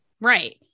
Right